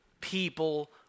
people